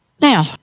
Now